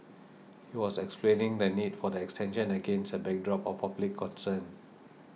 he was explaining the need for the extension against a backdrop of public concern